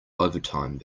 overtime